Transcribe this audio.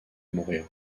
mourir